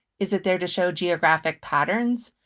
is it there to show geographic patterns,